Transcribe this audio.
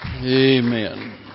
Amen